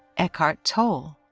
eckhart tolle,